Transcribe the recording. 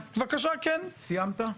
סיימת?